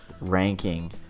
ranking